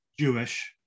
Jewish